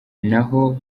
naho